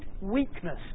weakness